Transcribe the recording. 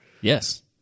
Yes